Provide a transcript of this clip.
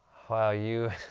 wow, you